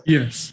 Yes